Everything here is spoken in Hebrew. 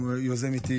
והוא יוזם איתי,